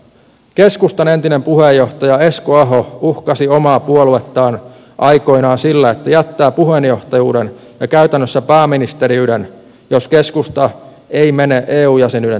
keskustan entinen puheenjohtaja esko aho uhkasi omaa puoluettaan aikoinaan sillä että jättää puheenjohtajuuden ja käytännössä pääministeriyden jos keskusta ei mene eu jäsenyyden taakse